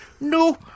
No